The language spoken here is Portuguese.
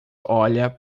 olha